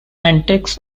antics